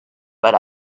but